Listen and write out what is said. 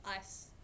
ice